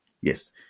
yes